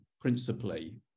principally